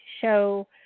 show